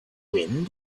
wind